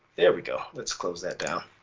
there we go. let's close that down